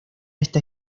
está